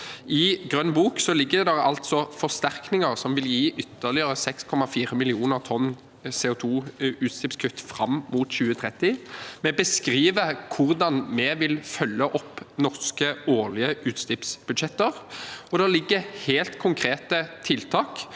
I Grønn bok ligger det altså forsterkninger som vil gi ytterligere 6,4 millioner tonn CO2-utslippskutt fram mot 2030. Vi beskriver hvordan vi vil følge opp norske årlige utslippsbudsjetter, og det ligger helt konkrete tiltak